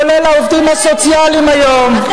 כולל העובדים הסוציאליים היום,